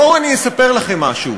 בואו אני אספר לכם משהו: